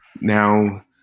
now